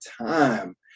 time